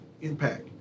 impact